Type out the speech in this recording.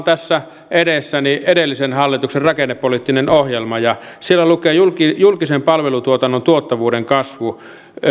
tässä edessäni edellisen hallituksen rakennepoliittinen ohjelma ja siellä lukee että julkisen palvelutuotannon tuottavuuden kasvu